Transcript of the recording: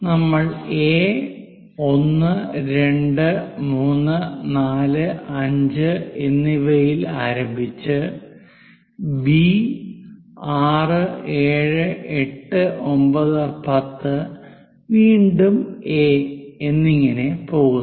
നമ്മൾ A 1 2 3 4 5 എന്നിവയിൽ ആരംഭിച്ച് B 6 7 8 9 10 വീണ്ടും A എന്നിങ്ങനെ പോകുന്നു